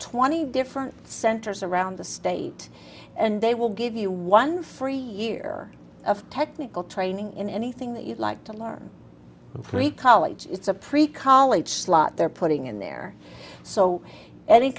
twenty different centers around the state and they will give you one free year of technical training in anything that you'd like to learn and free college it's a pre college slot they're putting in there so any